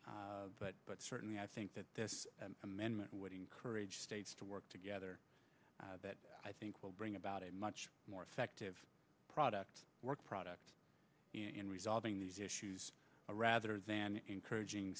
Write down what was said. philosophy but certainly i think that this amendment would encourage states to work together that i think will bring about a much more effective product work product in resolving these issues rather than encouraging